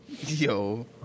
Yo